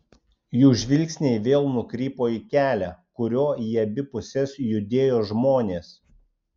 jų žvilgsniai vėl nukrypo į kelią kuriuo į abi puses judėjo žmonės